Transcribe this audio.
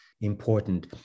important